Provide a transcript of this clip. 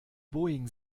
boeing